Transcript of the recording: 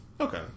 Okay